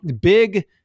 big